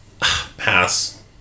pass